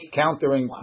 countering